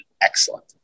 excellent